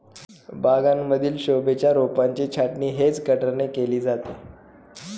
बागांमधील शोभेच्या रोपांची छाटणी हेज कटरने केली जाते